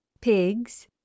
pigs